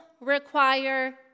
require